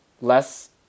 less